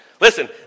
Listen